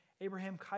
Abraham